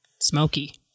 smoky